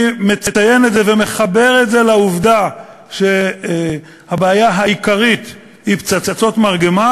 אני מציין את זה ומחבר את זה לעובדה שהבעיה העיקרית היא פצצות מרגמה,